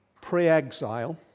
pre-exile